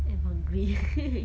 am hungry